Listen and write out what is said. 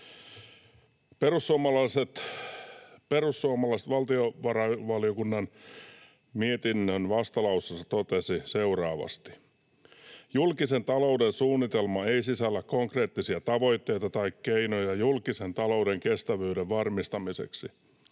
Perussuomalaiset valtiovarainvaliokunnan mietinnön vastalauseessa totesivat seuraavasti: ”Julkisen talouden suunnitelma ei sisällä konkreettisia tavoitteita tai keinoja julkisen talouden kestävyyden varmistamiseksi.